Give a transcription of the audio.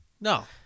No